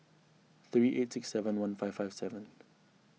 three eight six seven one five five seven